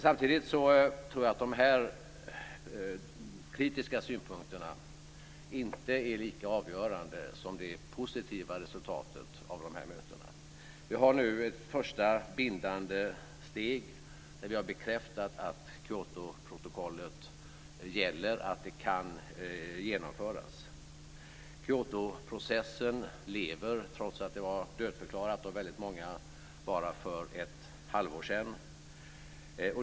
Samtidigt tror jag att de kritiska synpunkterna inte är lika avgörande som det positiva resultatet av mötena. Vi har nu ett första bindande steg där vi har bekräftat att Kyotoprotokollet gäller och att det kan genomföras. Kyotoprocessen lever trots att den var dödförklarad av väldigt många bara för ett halvår sedan.